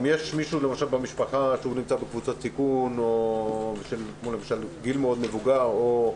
אם יש מישהו במשפחה שנמצא בקבוצת סיכון או בגיל מבוגר מאוד,